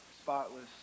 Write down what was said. spotless